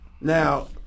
Now